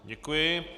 Děkuji.